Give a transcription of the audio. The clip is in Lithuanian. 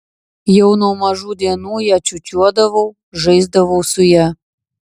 jau nuo mažų dienų ją čiūčiuodavau žaisdavau su ja